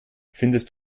findest